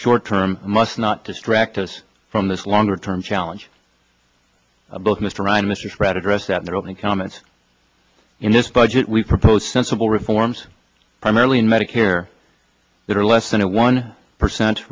short term must not distract us from this longer term challenge both mr and mr spratt address that in their opening comments in this budget we propose sensible reforms primarily in medicare that are less than a one percent